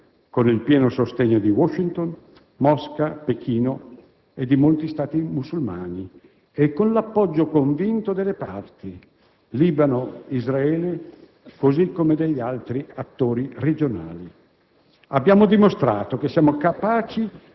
d'intesa con i nostri *partners* europei, con il pieno sostegno di Washington, Mosca, Pechino e di molti Stati musulmani e con l'appoggio convinto delle parti, Libano e Israele, così come degli altri attori regionali.